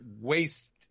waste